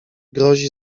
grozi